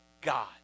God